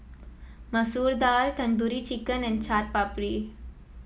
Masoor Dal Tandoori Chicken and Chaat Papri